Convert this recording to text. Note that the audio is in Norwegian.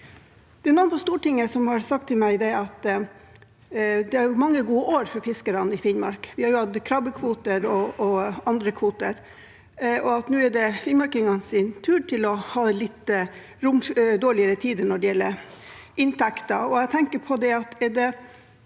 noen på Stortinget som har sagt til meg at det har vært mange gode år for fiskerne i Finnmark, man har jo hatt krabbekvoter og andre kvoter, og at det nå er finnmarkingenes tur til å ha litt dårligere tider når det gjelder inntekter.